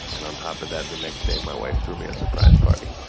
and on top of that, the next day, my wife threw me a surprise party